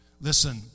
Listen